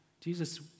Jesus